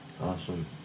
awesome